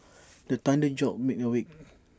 the thunder jolt me awake